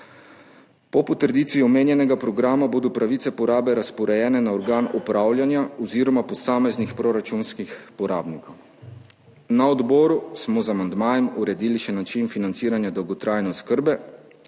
Po potrditvi omenjenega programa bodo pravice porabe razporejene na organ upravljanja oziroma posameznih proračunskih porabnikov. Na odboru smo z amandmajem uredili še način financiranja dolgotrajne oskrbe,